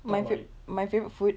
my fav~ my favourite food